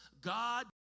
God